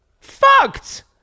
Fucked